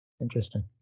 Interesting